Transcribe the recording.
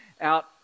out